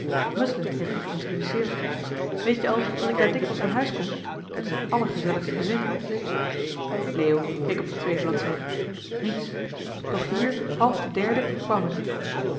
muslin heeft me geintroduceerd weet je al dat ik daar dikwijls aan huis kom het is een allergezelligst gezin leo keek op de tweede bladzij niets doch hier half de derde kwam het